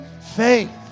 faith